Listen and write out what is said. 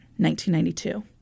1992